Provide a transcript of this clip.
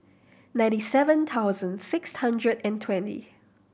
ninety seven thousand six hundred and twenty